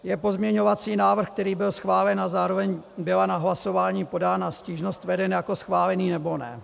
Je pozměňovací návrh, který byl schválen a zároveň byla na hlasování podána stížnost, veden jako schválený, nebo ne?